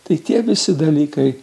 tai tie visi dalykai